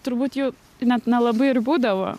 turbūt jų net nelabai ir būdavo